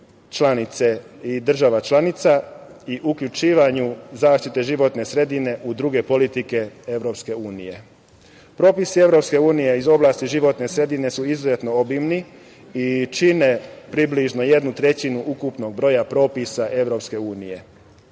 i uključivanju zaštite životne sredine u druge politike EU.Propisi EU iz oblasti životne sredine su izuzetno obimni i čine približno jednu trećinu ukupnog broja propisa EU.